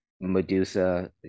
medusa